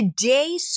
today